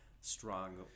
strong –